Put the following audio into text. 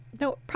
no